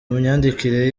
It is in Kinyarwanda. myandikire